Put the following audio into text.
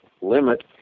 limit